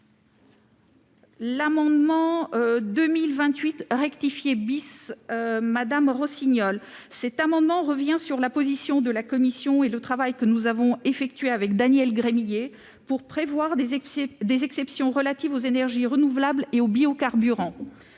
L'amendement n° 2028 rectifié tend à revenir sur la position de la commission et le travail que nous avons effectué avec Daniel Gremillet pour prévoir des exceptions relatives aux énergies renouvelables et aux biocarburants.